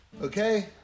Okay